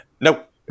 Nope